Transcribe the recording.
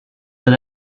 that